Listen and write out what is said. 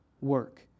work